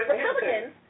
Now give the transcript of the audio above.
Republicans